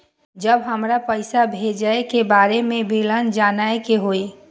जब हमरा पैसा भेजय के बारे में विवरण जानय के होय?